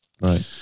Right